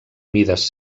mides